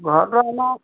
ঘৰটো আমাৰ